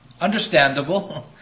Understandable